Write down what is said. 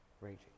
raging